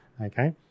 Okay